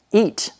eat